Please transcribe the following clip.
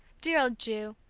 dear old ju,